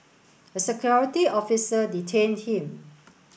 a security officer detained him